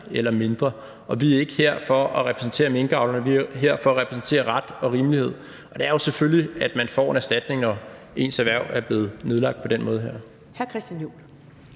eller mindre, og vi er her ikke for at repræsentere minkavlerne. Vi er her jo for at repræsentere ret og rimelighed, og det er selvfølgelig, at man får en erstatning, når ens erhverv er blevet nedlagt på den her